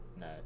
No